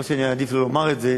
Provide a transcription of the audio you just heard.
או שאני אעדיף לא לומר את זה,